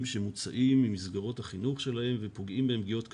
שמוצאים ממסגרות החינוך שלהם ופוגעים בהם פגיעות קשות.